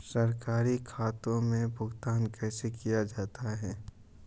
सरकारी खातों में भुगतान कैसे किया जाता है?